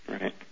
right